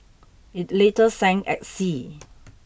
it later sank at sea